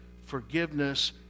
Forgiveness